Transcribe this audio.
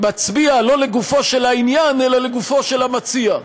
שמצביע לא לגופו של העניין אלא לגופו של המציע,